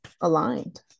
aligned